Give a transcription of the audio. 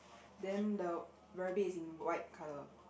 then the rabbit is in white colour